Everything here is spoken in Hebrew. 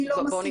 אני לא מסכימה.